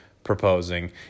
proposing